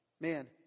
man